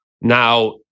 Now